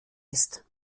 ist